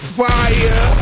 fire